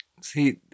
See